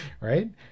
right